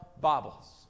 Bibles